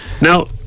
Now